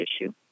issue